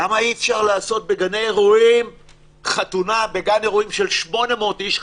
למה אי אפשר לעשות בגן אירועים של 800 איש,